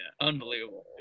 Unbelievable